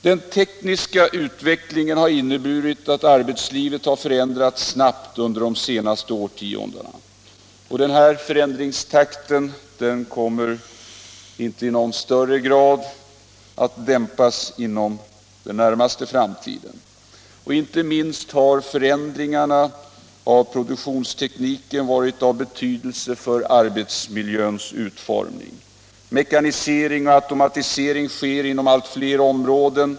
Den tekniska utvecklingen har inneburit att arbetslivet har förändrats snabbt under de senaste årtiondena, och denna förändringstakt kommer inte i någon större grad att dämpas inom den närmaste framtiden. Inte minst har förändringar av produktionstekniken varit av betydelse för arbetsmiljöns utformning. Mekanisering och automatisering sker inom allt fler områden.